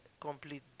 complete